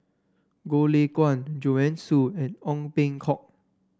Goh Lay Kuan Joanne Soo and Ong Peng Hock